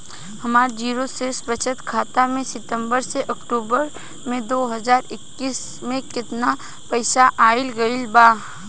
हमार जीरो शेष बचत खाता में सितंबर से अक्तूबर में दो हज़ार इक्कीस में केतना पइसा आइल गइल बा?